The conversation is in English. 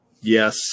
Yes